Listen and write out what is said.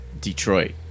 Detroit